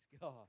God